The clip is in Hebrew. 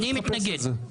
אני מתנגד.